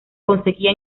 conseguía